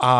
A